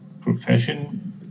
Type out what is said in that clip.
profession